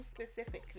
specifically